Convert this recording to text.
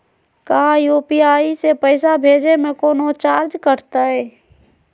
का यू.पी.आई से पैसा भेजे में कौनो चार्ज कटतई?